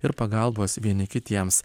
ir pagalbos vieni kitiems